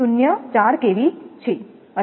04 kV છે